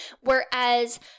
Whereas